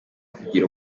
kugira